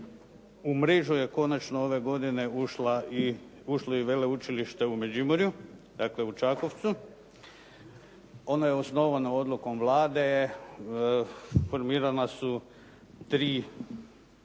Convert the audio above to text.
u mrežu je konačno ove godine ušlo i Veleučilište u Međimurju, dakle u Čakovcu. Ono je osnovano odlukom Vlade. Formirana su tri smjera